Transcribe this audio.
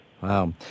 Wow